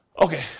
Okay